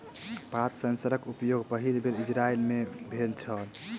पात सेंसरक प्रयोग पहिल बेर इजरायल मे भेल छल